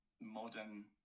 modern